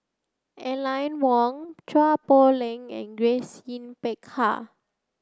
Aline Wong Chua Poh Leng and Grace Yin Peck Ha